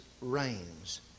reigns